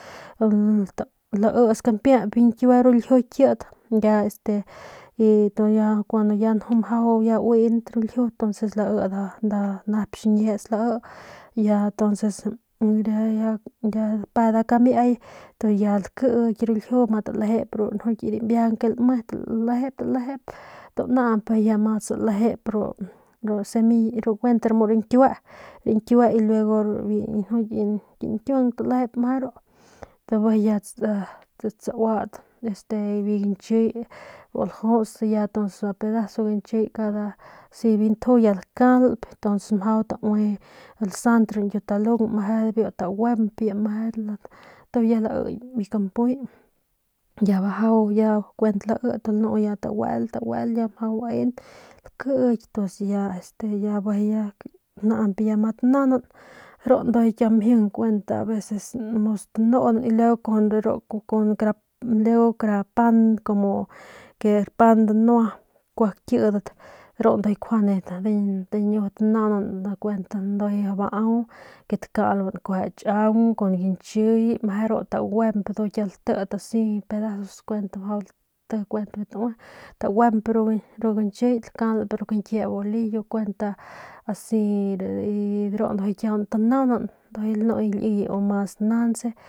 Laits kampiayp biu ñkiue ru ljiu kit y ya este y ya kun mjau uin ru ljiu ntonces lai nda nep xiñets lai y ya entonces y ya lape nda kamiay ya lakiy ru ljiu y talejep ru rambiajang ke lame talejep talejep tu naañp ma salejep ru semilla kuent muu rañkiue biu kinkiuang talejep meje ru tu ya tsauat biu gañchiy bu lajuts y ya nda pedazo gañchiy y bi ntju ya lakalp ntuns mjau taue lasant biu ñkiutalung ya meje biu taguemp y ya lai biu kampuy ya bajau kuent ya lai y ya taguel taguel ya mjau baen y lakiy y ya naañp ya ma tanaunag ru ndujuy kiau mjing aveces taui y tanunan y de ru y luego kara pan pan danua kua kidat ru ndujuy kjuande diñu tanaunan ndujuy kuent mjau bau ke takalban kun tchaung kun gañchiy meje ru kiau taguemp latit asi pedazos bajau kuent taui taguemp ru gañchiy lakalp ru bolillo kuent asi de ru ndujuy kiauguan tanaunang ndujuy lanu liye mas nauntse.